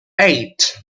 eight